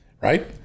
right